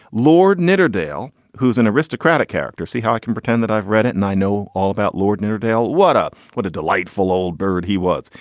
lord nidderdale, who's an aristocratic character, see how i can pretend that i've read it. and i know all about lord nidderdale. what a what a delightful old bird he was.